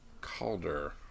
Calder